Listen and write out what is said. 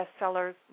bestsellers